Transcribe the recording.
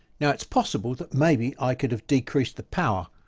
now it's possible that maybe i could have decreased the power